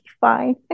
fine